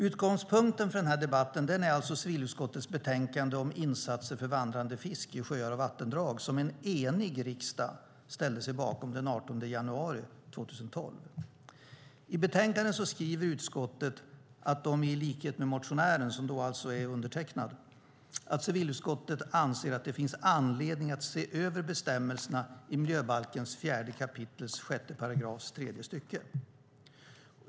Utgångspunkten för den här debatten är alltså civilutskottets betänkande om insatser för vandrande fisk i sjöar och vattendrag som en enig riksdag ställde sig bakom den 18 januari 2012. I betänkandet skriver civilutskottet att de i likhet med motionären, som alltså är undertecknad, anser att det finns anledning att se över bestämmelserna i miljöbalkens 4 kap. 6 § tredje stycket.